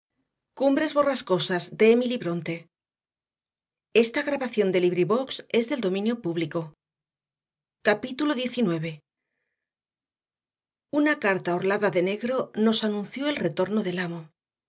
diecinueve una carta orlada de negro nos anunció el retorno del amo